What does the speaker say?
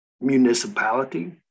municipality